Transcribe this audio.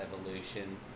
evolution